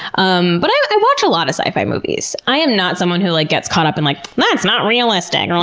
um but i i watch a lot of sci-fi movies. i am not someone who like gets caught up in like, that's not realistic! or